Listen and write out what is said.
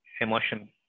emotion